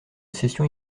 cession